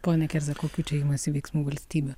pone kerza kokių čia imasi veiksmų valstybė